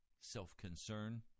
self-concern